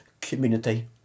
community